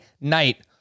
night